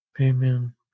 Amen